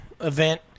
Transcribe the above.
event